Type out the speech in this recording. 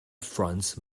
france